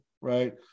right